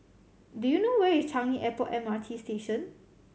do you know where is Changi Airport M R T Station